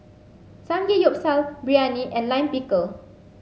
Samgeyopsal Biryani and Lime Pickle